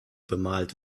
bemalt